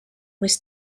was